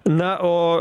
na o